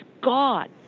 God